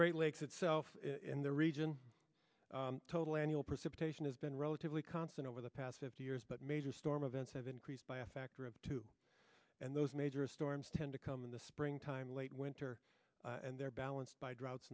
great lakes itself in the region total annual precipitation has been relatively constant over the past fifty years but major storm events have increased by a factor of two and those major storms tend to come in the springtime late winter and they're balanced by droughts